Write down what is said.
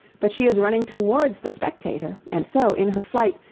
but she is running towards the spectator, and so, in her flight,